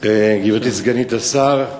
גברתי סגנית השר,